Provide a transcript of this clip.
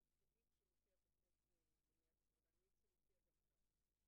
זה מקרים שיכולים להיות במפעל גדול וגם בעסק קטן.